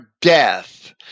death